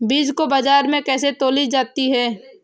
बीज को बाजार में कैसे तौली जाती है?